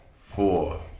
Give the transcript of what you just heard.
Four